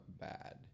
bad